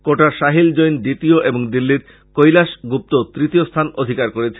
কোটার সাহিল জৈন দ্বিতীয় এবং দিল্লীর কৈলাস গুপ্ত তৃতীয় স্থান অধিকার করেছে